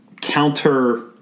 counter